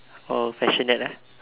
orh passionate ah